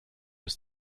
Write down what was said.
ist